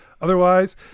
Otherwise